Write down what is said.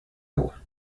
agua